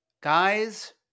guys